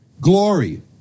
Glory